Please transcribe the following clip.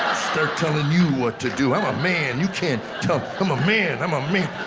start telling you what to do! i'm a man! you can't tell. i'm a man, i'm a man!